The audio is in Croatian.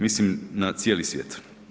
Mislim na cijeli svijet.